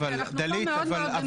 כי אנחנו פה מאוד מאוד --- דלית,